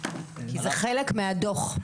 כי זה חלק מהדוח.